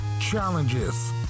Challenges